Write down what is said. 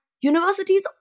Universities